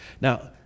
Now